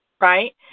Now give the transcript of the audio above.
Right